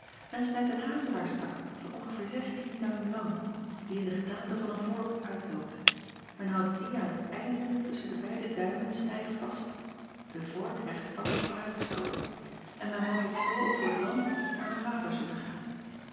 men snijdt een hazelaarstak van ongeveer zestien duim lang die in de gedaante van een vork uitloopt men houdt dien aan het einde tusschen de beide duimen stijf vast den vork rechtstandig vooruitgestoken en men wandelt zoo over het land waar acob van ennep laasje evenster delen men water zoeken gaat